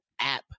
app